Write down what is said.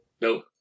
no